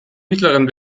mittleren